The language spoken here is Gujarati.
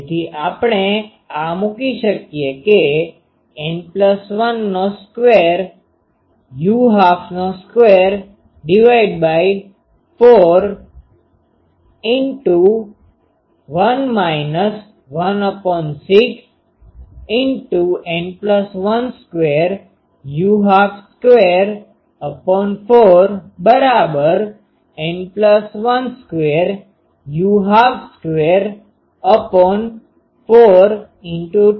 તેથી આપણે આ મૂકી શકીએ કે N1222u122 1 16 N1222 u122 N1222u122 2